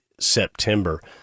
September